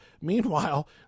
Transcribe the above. Meanwhile